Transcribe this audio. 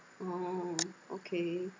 orh okay